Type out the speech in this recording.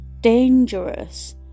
dangerous